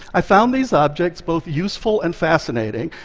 i found these objects both useful and fascinating.